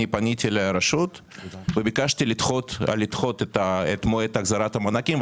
אני פניתי לרשות וביקשתי לדחות את מועד החזרת המענקים,